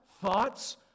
Thoughts